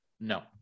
No